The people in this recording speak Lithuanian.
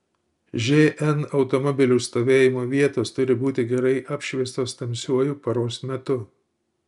žn automobilių stovėjimo vietos turi būti gerai apšviestos tamsiuoju paros metu